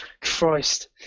Christ